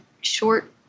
short